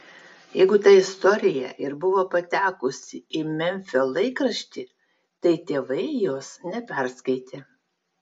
jeigu ta istorija ir buvo patekusi į memfio laikraštį tai tėvai jos neperskaitė